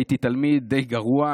הייתי תלמיד די גרוע,